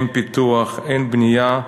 אין פיתוח, אין בנייה,